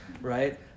right